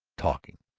talking,